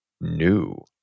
new